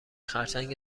خرچنگ